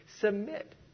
Submit